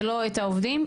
ולא את העובדים,